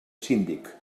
síndic